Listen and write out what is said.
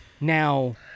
Now